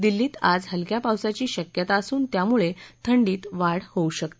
दिल्लीत आज इलक्या पावसाची शक्यता असून त्यामुळे थंडीत वाढ होऊ शकते